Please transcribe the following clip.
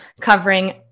covering